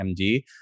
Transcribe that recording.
MD